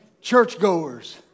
churchgoers